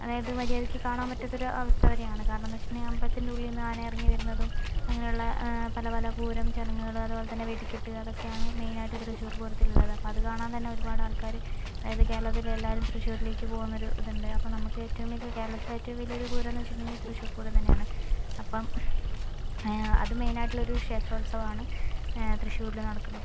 അതായത് മര്യാദയ്ക്ക് കാണാന് പറ്റാത്ത ഒരു അവസ്ഥ വരുകയാണ് കാരണം എന്ന് വച്ചിട്ടുണ്ടെങ്കിൽ അമ്പലത്തിന്റെ ഉള്ളിൽ നിന്ന് ആന ഇറങ്ങി വരുന്നതും അങ്ങനെയുള്ള പല പല പൂരം ചടങ്ങുകളും അതുപോലെ തന്നെ വെടിക്കെട്ട് അതൊക്കെയാണ് മെയിനായിട്ട് തൃശൂര്പൂരത്തിലുള്ളത് അത് കാണാന് തന്നെ ഒരുപാട് ആള്ക്കാര് അതായത് കേരളത്തിലെ എല്ലാരും തൃശൂരിലേക്ക് പോകുന്ന ഒരു ഇത് ഉണ്ട് അപ്പം നമുക്ക് ഏറ്റവും വലിയ കേരളത്തിലെ ഏറ്റവും വലിയ ഒരു പൂരം എന്ന് വെച്ചിട്ടുണ്ടെങ്കിൽ തൃശൂര്പൂരം തന്നെയാണ് അപ്പം അത് മെയിനായിട്ടുള്ള ക്ഷേത്രോത്സവമാണ് തൃശൂരില് നടക്കുന്നത്